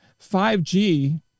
5G